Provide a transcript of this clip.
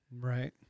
Right